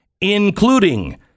including